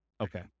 Okay